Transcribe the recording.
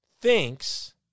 thinks